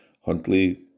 Huntley